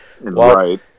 Right